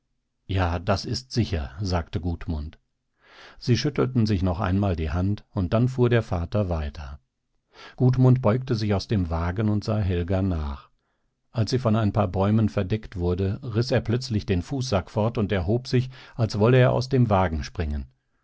ja das ist sicher sagte gudmund sie schüttelten sich noch einmal die hand und dann fuhr der vater weiter gudmund beugte sich aus dem wagen und sah helga nach als sie von ein paar bäumen verdeckt wurde riß er plötzlich den fußsack fort und erhob sich als wolle er aus dem wagen springen